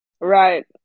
right